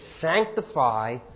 Sanctify